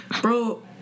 bro